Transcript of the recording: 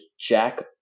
jack